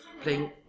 playing